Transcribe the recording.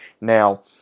now